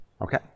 Okay